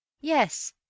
Yes